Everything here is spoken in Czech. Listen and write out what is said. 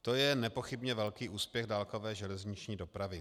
To je nepochybně velký úspěch dálkové železniční dopravy.